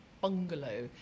bungalow